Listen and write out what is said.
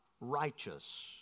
righteous